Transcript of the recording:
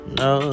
no